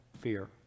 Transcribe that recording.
fear